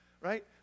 right